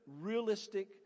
realistic